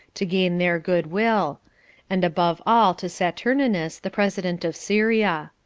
to gain their good-will and above all to saturninus, the president of syria.